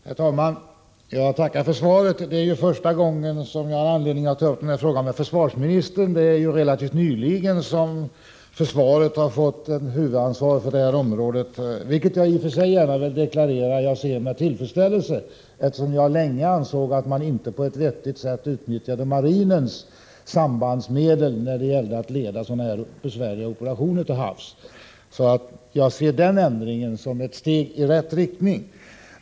Herr talman! Jag tackar för svaret. Det är första gången som jag har anledning att ta upp den här frågan i en debatt med försvarsministern. Relativt nyligen har ju försvaret fått en huvudansvarig för det här området, något som jag i och för sig — det vill jag gärna deklararera — ser med tillfredsställelse. Jag har länge ansett att man inte utnyttjat marinens sambandsmedel på ett vettigt sätt när det gäller att leda sådana här besvärliga operationer till havs. Jag ser således nämnda ändring som ett steg i rätt riktning.